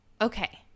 Okay